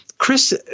Chris